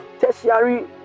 tertiary